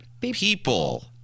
people